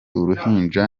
uruhinja